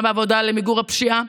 גם בוועדה למיגור הפשיעה,